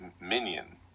Minion